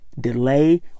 delay